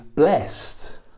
blessed